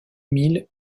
emil